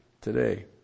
today